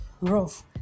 rough